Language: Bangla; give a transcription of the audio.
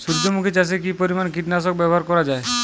সূর্যমুখি চাষে কি পরিমান কীটনাশক ব্যবহার করা যায়?